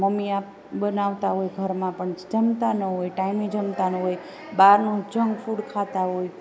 mummy આ બનાવતાં હોય ઘરમાં પણ જમતા ન હોય ટાઈમે જમતા ન હોય બહારનું જંક ફૂડ ખાતાં હોય